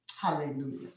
Hallelujah